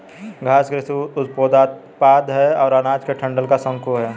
घास कृषि उपोत्पाद है और अनाज के डंठल का शंकु है